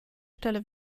stelle